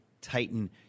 titan